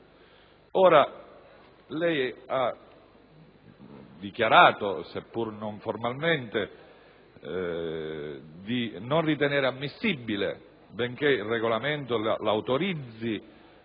Lei ha dichiarato, seppur non formalmente, di non ritenere ammissibile, benché il Regolamento l'autorizzi